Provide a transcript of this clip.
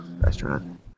restaurant